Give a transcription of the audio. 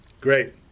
Great